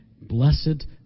blessed